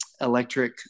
electric